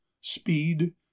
speed